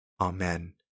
Amen